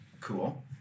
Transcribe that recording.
Cool